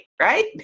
right